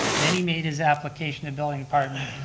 then he made his application to building department,